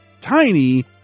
tiny